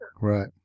Right